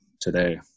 today